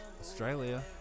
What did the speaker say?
australia